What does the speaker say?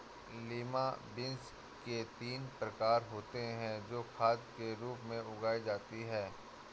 lima beans के तीन प्रकार होते हे जो खाद के रूप में उगाई जाती हें